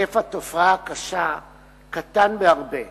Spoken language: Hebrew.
היקף התופעה הקשה קטן בהרבה.